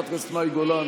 חברת כנסת מאי גולן,